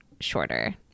shorter